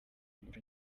umuco